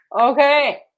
Okay